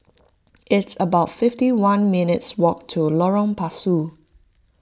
it's about fifty one minutes walk to Lorong Pasu